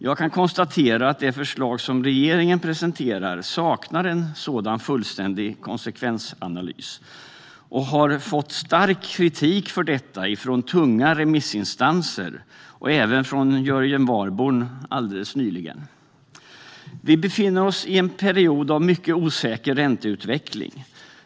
Jag kan konstatera att det förslag som regeringen presenterat saknar en sådan fullständig konsekvensanalys. Förslaget har fått stark kritik för detta från tunga remissinstanser och även från Jörgen Warborn alldeles nyss. Vi befinner oss i en period av mycket osäker ränteutveckling.